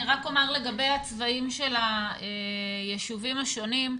אני רק אומר לגבי הצבעים של היישובים השונים.